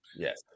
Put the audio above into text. Yes